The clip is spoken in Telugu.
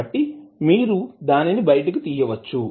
కాబట్టి మీరు దాన్ని బయటకు తీయవచ్చు